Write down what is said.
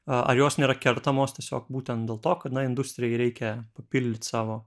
ar jos nėra kertamos tiesiog būtent dėl to kad industrijai reikia papildyt savo